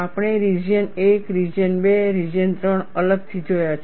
આપણે region 1 region 2 region 3 અલગથી જોયા છે